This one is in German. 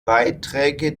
beiträge